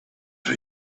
for